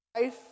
life